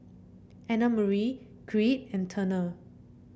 Annamarie Creed and Turner